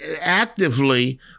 actively